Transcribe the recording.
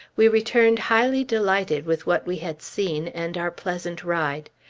we returned highly delighted with what we had seen and our pleasant ride.